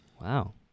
Wow